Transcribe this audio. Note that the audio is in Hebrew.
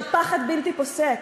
של פחד בלתי פוסק.